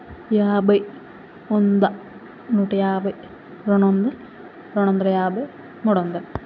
యాభై వంద నూట యాభై రెండు వందలు రెండు వందల యాభై మూడు వందల